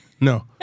No